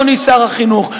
אדוני שר החינוך,